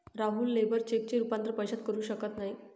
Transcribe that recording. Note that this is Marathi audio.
राहुल लेबर चेकचे रूपांतर पैशात करू शकत नाही